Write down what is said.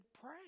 pray